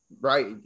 Right